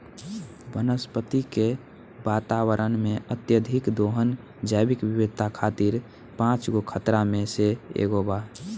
वनस्पति के वातावरण में, अत्यधिक दोहन जैविक विविधता खातिर पांच गो खतरा में से एगो बा